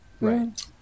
Right